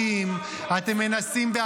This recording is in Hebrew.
אתם מנסים בתפירת תיקים,